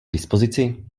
dispozici